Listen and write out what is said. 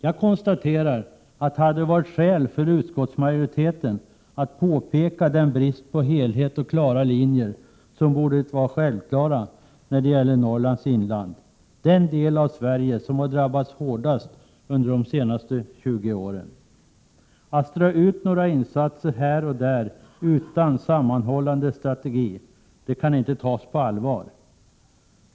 Jag konstaterar att det hade funnits skäl för utskottsmajoriteten att påpeka bristen på helhet och klara linjer — något som borde varit självklart när det gäller Norrlands inland, den del av Sverige som har drabbats hårdast de senaste 20 åren. Att det strös ut några insatser här och där utan sammanhållande strategi kan inte tas på allvar.